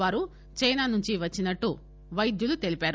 వారు చైనా నుంచి వచ్చినట్టు వైద్యులు తెలిపారు